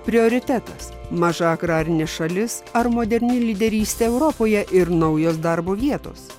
prioritetas maža agrarinė šalis ar moderni lyderystė europoje ir naujos darbo vietos